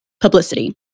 Publicity